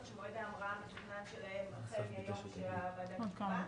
שמועד ההמראה המתוכנן שלהן החל מהיום שהוועדה תקבע,